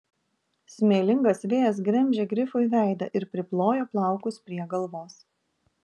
smėlingas vėjas gremžė grifui veidą ir priplojo plaukus prie galvos